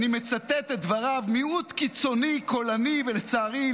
אני מצטט את דבריו: "מיעוט קיצוני קולני ולצערי,